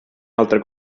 altre